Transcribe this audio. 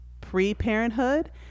pre-parenthood